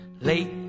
Late